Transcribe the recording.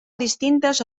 distintes